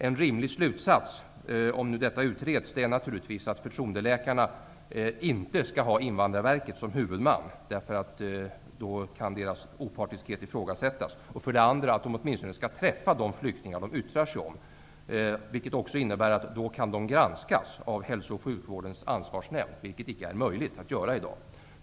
En rimlig slutsats, om detta utreds, är naturligtvis att förtroendeläkarna inte skall ha Invandrarverket som huvudman, eftersom deras opartiskhet i så fall kan ifrågasättas. En annan slutsats bör också vara att förtroendeläkarna åtminstone skall träffa de flyktingar de yttrar sig om. Det medför att de då kan granskas av Hälsooch sjukvårdens ansvarsnämd, vilket inte är möjligt i dag.